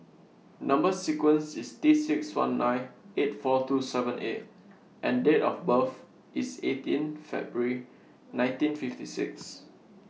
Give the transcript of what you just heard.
Number sequence IS T six one nine eight four two seven A and Date of birth IS eighteen February nineteen fifty six